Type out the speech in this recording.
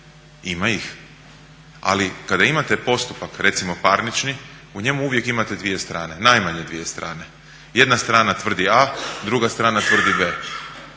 ima ih ali kada imate postupak recimo parnični u njemu uvijek imate dvije strane, najmanje dvije strane. Jedna strana tvrdi a druga strana tvrdi b.